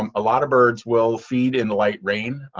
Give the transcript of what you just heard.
um a lot of birds will feed in light rain.